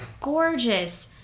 gorgeous